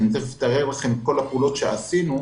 תיכף אראה לכם את כל הפעולות שעשינו,